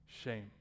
shame